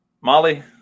Molly